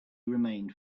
remained